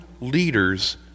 leaders